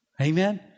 Amen